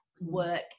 work